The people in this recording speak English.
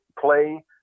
play